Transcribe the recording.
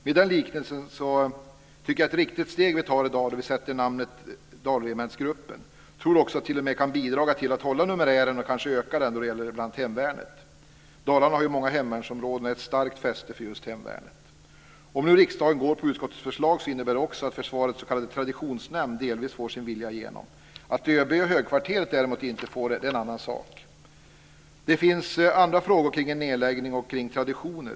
Med den liknelsen tycker jag att det är ett riktigt steg som vi tar i dag när vi fastställer namnet Dalaregementsgruppen. Jag tror också att det t.o.m. kan bidra till att behålla numerären och kanske öka den när det gäller hemvärnet. Dalarna har ju många hemvärnsområden och är ett starkt fäste för just hemvärnet. Om nu riksdagen går på utskottets förslag innebär det också att försvarets s.k. traditionsnämnd delvis får sin vilja igenom. Att ÖB och högkvarteret inte får det är en annan sak. Det finns andra frågor kring en nedläggning och kring traditioner.